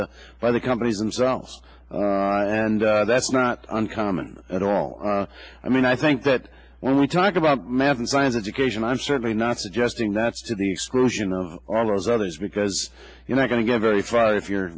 the by the companies themselves and that's not uncommon at all i mean i think that when we talk about math and science education i'm certainly not suggesting that's to the exclusion of all those others because you're not going to get very far if you